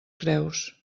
creus